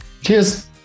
Cheers